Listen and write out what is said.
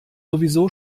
sowieso